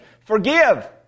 Forgive